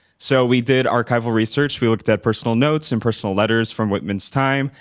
so we did archival research. we looked at personal notes and personal letters from whitman's time,